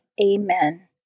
Amen